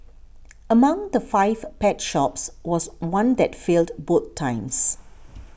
among the five pet shops was one that failed both times